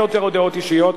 אין יותר הודעות אישיות,